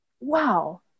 wow